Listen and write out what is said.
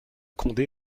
condé